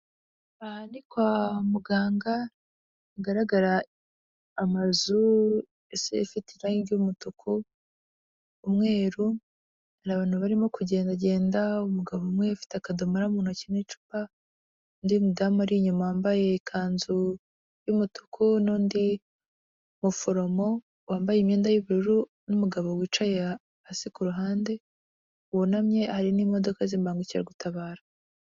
Aha ni kwa muganga hagaragara amazu ifite irangi ry'umutuku, umweru hari abantu barimo kugendagenda umugabo umwe afite akadomara mu ntoki n' icupa undi mudamu ari inyuma wambaye ikanzu y'umutuku n'undi muforomo wambaye imyenda y'ubururu n'umugabo wicaye hasi kuruhande wunamye harimo'imodoka zimbangukiragutabara.